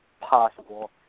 possible